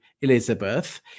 Elizabeth